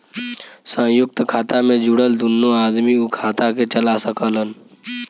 संयुक्त खाता मे जुड़ल दुन्नो आदमी उ खाता के चला सकलन